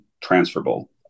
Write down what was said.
transferable